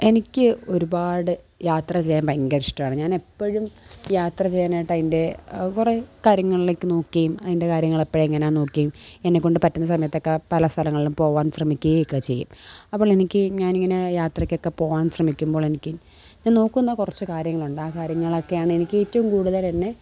എനിക്ക് ഒരുപാട് യാത്ര ചെയ്യാൻ ഭയങ്കര ഇഷ്ടമാണ് ഞാൻ എപ്പോഴും യാത്ര ചെയ്യാനായിട്ടതിൻ്റെ കുറേ കാര്യങ്ങളിലേക്ക് നോക്കുകയും അതിൻ്റെ കാര്യങ്ങൾ എപ്പോഴാണ് എങ്ങനെയാണെന്ന് നോക്കുകയും എന്നെക്കൊണ്ട് പറ്റുന്ന സമയത്തൊക്കെ പല സ്ഥലങ്ങളിലും പോവാൻ ശ്രമിക്കുകയും ഒക്കെ ചെയ്യും അപ്പോൾ എനിക്ക് ഞാനിങ്ങനെ യാത്രയ്ക്കൊക്കെ പോവാൻ ശ്രമിക്കുമ്പോഴെനിക്ക് ഞാൻ നോക്കുന്ന കുറച്ച് കാര്യങ്ങളുണ്ട് ആ കാര്യങ്ങളൊക്കെയാണെനിക്കേറ്റവും കൂടുതൽ എന്നെ